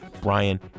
Brian